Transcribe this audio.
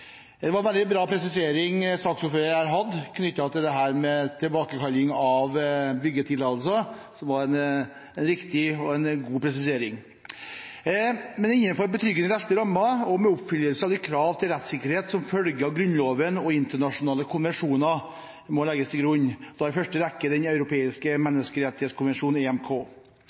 Det var en veldig riktig og god presisering saksordføreren her hadde, knyttet til dette med tilbakekalling av byggetillatelser. Betryggende rettslige rammer og oppfyllelse av de krav til rettssikkerhet som følger av Grunnloven og internasjonale konvensjoner må legges til grunn, da i første rekke Den europeiske menneskerettighetskonvensjonen, EMK.